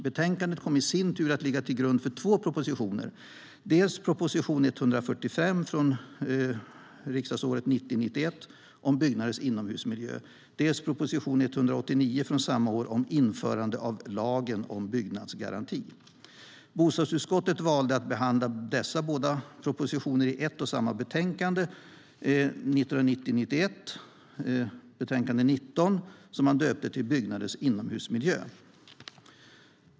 Betänkandet kom i sin tur att ligga till grund för två propositioner, dels proposition 145 från riksdagsåret 1990 91:BoU19, som man döpte till Byggnaders inomhusmiljö .